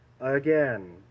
again